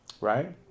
Right